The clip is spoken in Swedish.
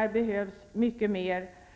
Det behövs mycket mer.